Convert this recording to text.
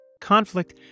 Conflict